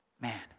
man